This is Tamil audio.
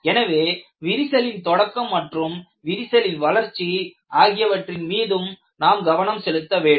எனவே விரிசலின் தொடக்கம் மற்றும் விரிசலின் வளர்ச்சி ஆகியவற்றின் மீதும் நாம் கவனம் செலுத்த வேண்டும்